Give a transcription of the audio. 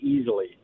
easily